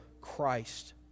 Christ